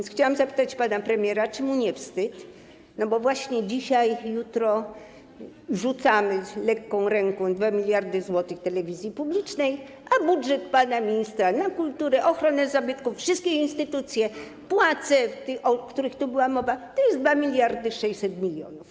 Chciałam zapytać pana premiera, czy mu nie wstyd, bo właśnie dzisiaj i jutro rzucamy lekką ręką 2 mld zł telewizji publicznej, a budżet pana ministra na kulturę, ochronę zabytków, wszystkie instytucje, płace, o których tu była mowa, to jest 2600 mln.